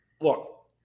look